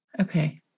Okay